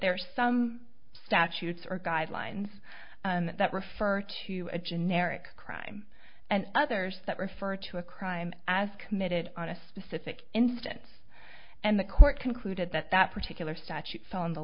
are some statutes or guidelines that refer to a generic crime and others that refer to a crime as committed on a specific instance and the court concluded that that particular statutes on the